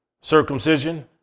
circumcision